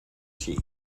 she